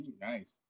Nice